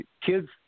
kids